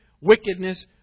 wickedness